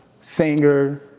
singer